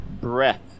breath